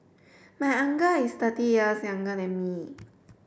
my uncle is thirty years younger than me